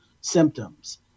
symptoms